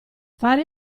fare